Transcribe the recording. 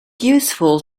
useful